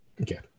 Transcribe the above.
Okay